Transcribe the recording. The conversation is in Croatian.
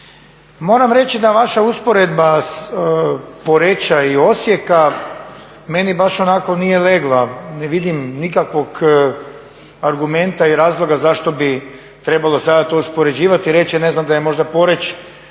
Moram reći da vaša usporedba Poreča i Osijeka meni baš onako nije legla, ne vidim nikakvog argumenta i razloga zašto bi trebalo sada to uspoređivati i reći ne znam da je možda Poreč